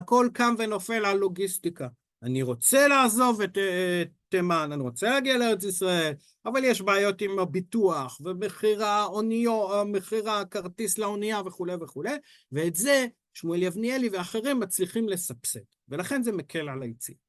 הכל קם ונופל על לוגיסטיקה. אני רוצה לעזוב את תימן, אני רוצה להגיע לארץ ישראל, אבל יש בעיות עם הביטוח ומכירה, מכירה כרטיס לאונייה וכו' וכו', ואת זה שמואל יבניאלי ואחרים מצליחים לסבסד, ולכן זה מקל על היציאה.